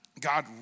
God